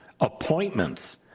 appointments